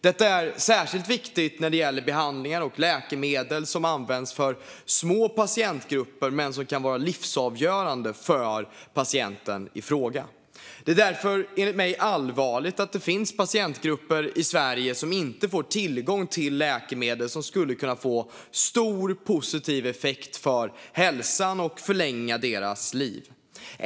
Detta är särskilt viktigt när det gäller behandlingar och läkemedel som används för små patientgrupper men som kan vara livsavgörande för patienten i fråga. Det är därför enligt mig allvarligt att det finns patientgrupper i Sverige som inte får tillgång till läkemedel som skulle kunna få stor positiv effekt för hälsan och förlänga deras liv.